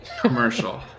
commercial